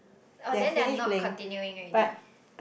oh then they are not continuing already